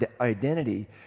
identity